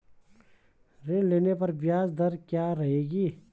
ऋण लेने पर ब्याज दर क्या रहेगी?